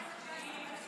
בבקשה.